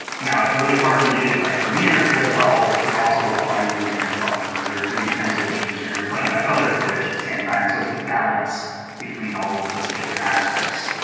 now it's really hard when you get into like premiere because, well, you're also applying lumetri color or you're doing transitions or you're playing back other footage at the same time, so it's the balance between all of those different aspects.